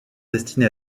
destiné